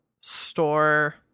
store